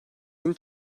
yeni